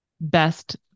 best